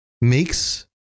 makes